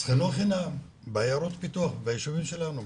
אז חינוך חינם בעיירות פיתוח וביישובים שלנו,